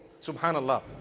Subhanallah